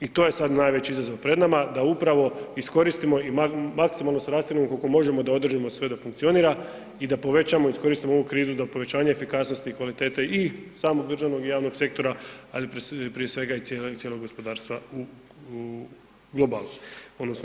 I to je sada najveći izazov pred nama da upravo iskoristimo i maksimalno … koliko možemo da održimo sve da funkcionira i da povećamo i iskoristimo ovu krizu za povećanje efikasnosti, kvalitete i samog državnog i javnog sektora, ali prije svega i cijelog gospodarstva u globalu odnosno